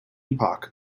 epoch